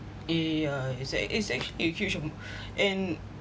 eh a it's a~ it's a huge a~ and